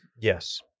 yes